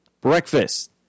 Breakfast